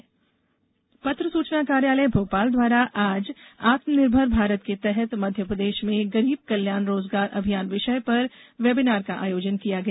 webinar पत्र सूचना कार्यालय भोपाल द्वारा आज आत्मनिर्भर भारत के तहत मध्यप्रदेश में गरीब कल्याण रोजगार अभियान विषय पर वेबीनार का आयोजन किया गया